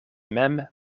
mem